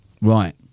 Right